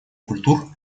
культур